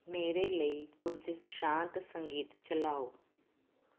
ਮੇਰੇ ਲਈ ਕੁਝ ਸ਼ਾਂਤ ਸੰਗੀਤ ਚਲਾਓ